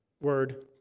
word